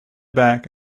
back